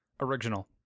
Original